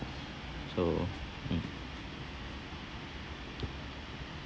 so mm